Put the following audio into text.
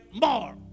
more